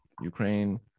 Ukraine